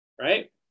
right